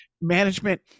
management